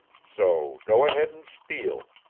so go ahead and spiel.